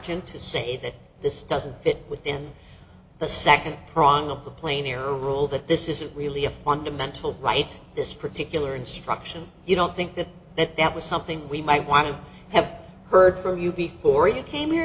sergeant to say that this doesn't fit within the second prong of the plane or rule that this isn't really a fundamental right this particular instruction you don't think that that that was something we might want to have heard from you before you came here